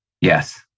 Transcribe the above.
Yes